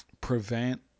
prevent